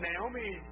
Naomi